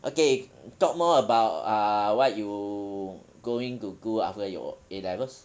okay talk more about uh uh what you going to do after your A levels